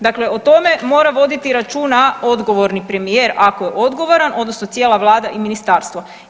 Dakle, o tome mora voditi računa odgovorni premijer ako je odgovoran, odnosno cijela Vlada i ministarstvo.